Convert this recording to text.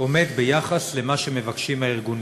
עומד ביחס למה שמבקשים הארגונים?